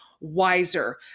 wiser